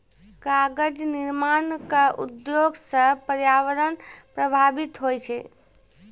कागज निर्माण क उद्योग सँ पर्यावरण प्रभावित होय छै